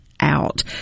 out